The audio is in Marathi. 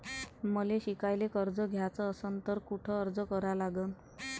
मले शिकायले कर्ज घ्याच असन तर कुठ अर्ज करा लागन?